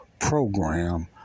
program